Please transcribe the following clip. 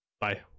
Bye